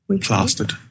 Plastered